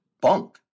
bunk